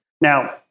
Now